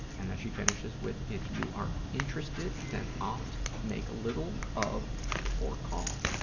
and then she finishes with, if you are interested, then opt make a little of or call.